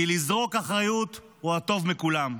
כי לזרוק אחריות הוא הטוב מכולם.